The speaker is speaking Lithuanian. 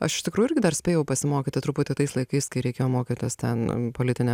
aš iš tikrųjų irgi dar spėjau pasimokyti truputį tais laikais kai reikėjo mokytis ten politinę